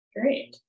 Great